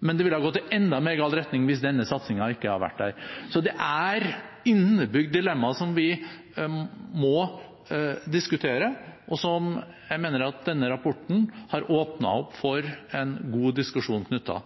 men det ville gått i enda mer gal retning hvis denne satsingen ikke hadde vært der. Det er innebygde dilemmaer som vi må diskutere, og som jeg mener at denne rapporten har åpnet opp for en god diskusjon